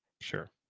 Sure